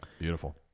Beautiful